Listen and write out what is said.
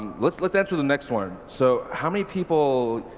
let's let's answer the next one. so how many people,